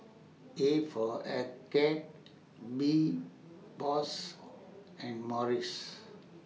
A For Arcade B Bose and Morries